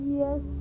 yes